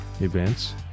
events